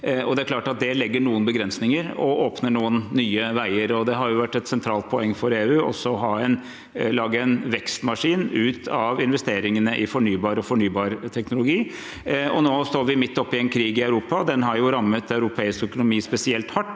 det legger noen begrensninger og åpner noen nye veier. Det har vært et sentralt poeng for EU også å lage en vekstmaskin av investeringene i fornybar energi og fornybarteknologi. Nå står vi midt oppe i en krig i Europa. Den har jo rammet europeisk økonomi spesielt hardt,